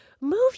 Move